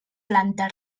planta